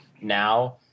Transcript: now